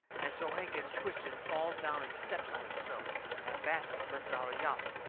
and so hank gets twisted and falls down and steps on himself. that basket lets out a yowl.